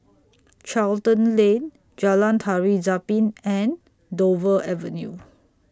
Charlton Lane Jalan Tari Zapin and Dover Avenue